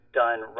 done